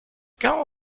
quand